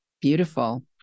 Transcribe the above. Beautiful